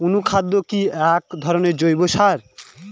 অনুখাদ্য কি এক ধরনের জৈব সার?